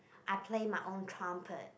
I play my own trumpet